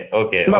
okay